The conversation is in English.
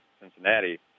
Cincinnati